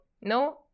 No